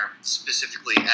specifically